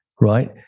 right